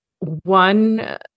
One